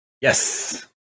Yes